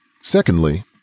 Secondly